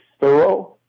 thorough